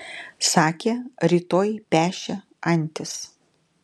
sakė rytoj pešią antis